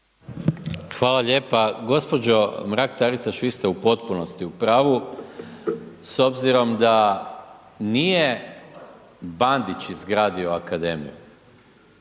Hvala lijepo gđa. Mrak Taritaš, vi ste u potpunosti u pravu, s obzirom da nije Bandić izgradio akademiju